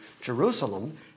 Jerusalem